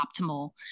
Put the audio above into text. optimal